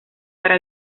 para